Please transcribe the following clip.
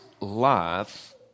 life